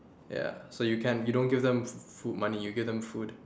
ya so you can you don't give them food money you give them food